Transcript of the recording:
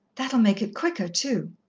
that'll make it quicker, too.